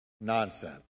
nonsense